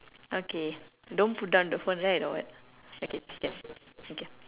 okay don't put down the phone right or what okay can okay